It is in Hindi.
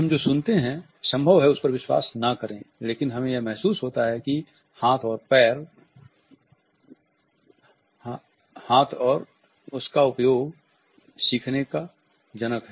हम जो सुनते हैं संभव है उस पर विश्वास न करे लेकिन हमें यह महसूस होता है कि हाथ और उसका उपयोग सीखने का जनक है